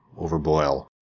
overboil